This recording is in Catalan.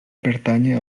pertànyer